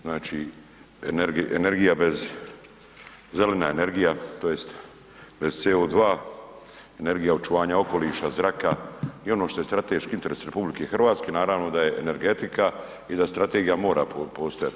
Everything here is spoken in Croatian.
Znači, energija bez, zelena energija tj. bez CO2, energija očuvanja okoliša, zraka i ono što je strateški interes RH naravno da je energetika i da strategija mora postojati.